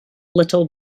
little